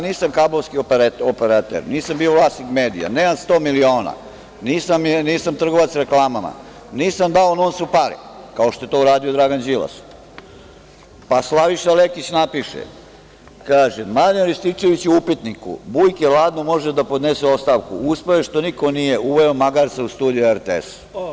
Nisam kablovski operater, nisam bio vlasnik medija, nemam 100 miliona, nisam trgovac reklamama, nisam dao NUNS pare kao što je to uradio Dragan Đilas, pa Slaviša Lekić napiše – Marijan Rističević je u „Upitniku“, Bujke, ladno može da podnese ostavku, uspeo je što niko nije, uveo magarca u studio RTS.